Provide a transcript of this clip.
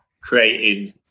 creating